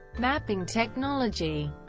mapping technology